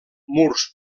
murs